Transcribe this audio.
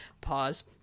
pause